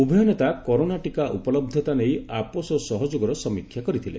ଉଭୟ ନେତା କରୋନା ଟିକା ଉପଲବ୍ଧତା ନେଇ ଆପୋଷ ସହଯୋଗର ସମୀକ୍ଷା କରିଥିଲେ